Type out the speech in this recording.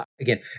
again